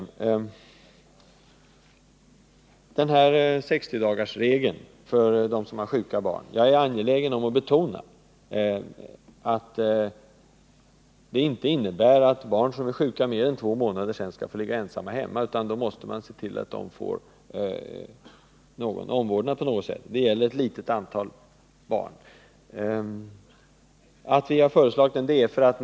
När det gäller 60-dagarsregeln för dem som har sjuka barn är jag angelägen om att betona att den inte innebär att barn som är sjuka längre tid än två månader skall få ligga ensamma hemma. Det gäller ett litet antal barn, och man måste se till att de får omvårdnad på något sätt.